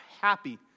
happy